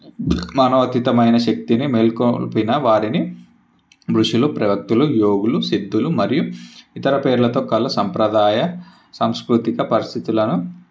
మానవాతీతమైన శక్తిని మేల్కొల్పిన వారిని ఋషులు ప్రవక్తులు యోగులు సిద్ధులు మరియు ఇతర పేర్లతో కల సంప్రదాయ సంస్కృతిక పరిస్థితుల